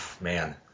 Man